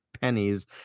pennies